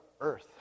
earth